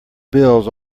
bills